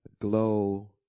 Glow